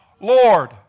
Lord